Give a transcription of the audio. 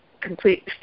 complete